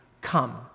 come